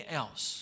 else